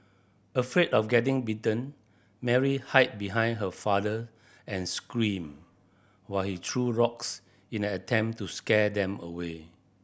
afraid of getting bitten Mary hide behind her father and screamed while he threw rocks in an attempt to scare them away